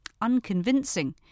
unconvincing